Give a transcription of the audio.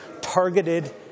targeted